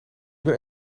ben